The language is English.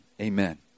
Amen